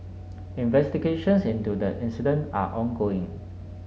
investigations into the incident are ongoing